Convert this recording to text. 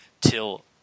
till